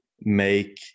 make